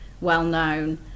well-known